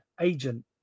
agent